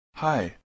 Hi